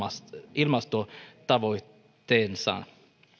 ilmastotavoitteensa